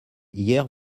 hier